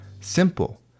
simple